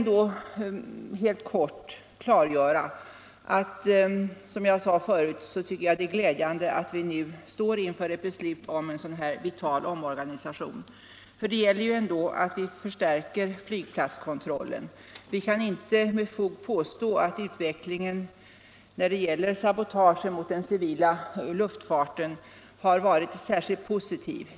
Det är glädjande att vi nu står inför ett beslut om en vital omorganisation. Det är, som sagt, nödvändigt att förstärka flygplatskontrollen, för vi kan inte med fog påstå att utvecklingen i fråga om sabotage mot den civila luftfarten har varit särskilt positiv.